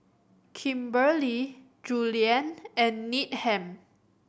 Kimberely Julianne and Needham